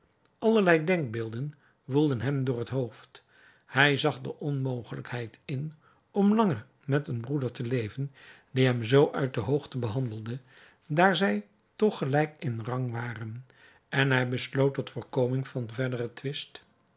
allerlei denkbeelden woelden hem door het hoofd hij zag de onmogelijkheid in om langer met een broeder te leven die hem zoo uit de hoogte behandelde daar zij toch gelijk in rang waren en hij besloot tot voorkoming van verderen twist